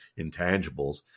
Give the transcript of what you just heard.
intangibles